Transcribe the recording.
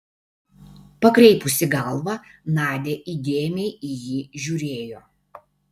pakreipusi galvą nadia įdėmiai į jį žiūrėjo